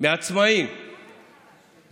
מעצמאים